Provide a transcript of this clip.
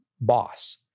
boss